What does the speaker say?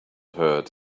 hurt